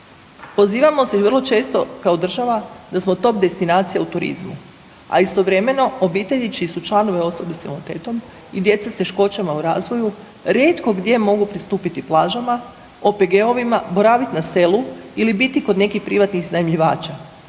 Pozivamo se i vrlo često kao država da smo top destinacija u turizmu, a istovremeno obitelji čiji su članovi osobe s invaliditetom i djeca s teškoćama u razvoju rijetko gdje mogu pristupiti plažama, OPG-ovima, boraviti na selu ili biti kod nekih privatnih iznajmljivača,